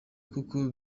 nkuko